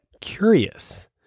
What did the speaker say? curious